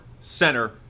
center